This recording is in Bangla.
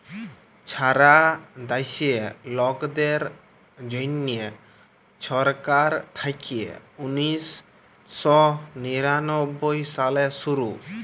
ছারা দ্যাশে লকদের জ্যনহে ছরকার থ্যাইকে উনিশ শ নিরানব্বই সালে শুরু